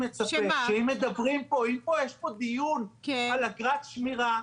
שאם מדברים פה ויש פה דיון על אגרת שמירה,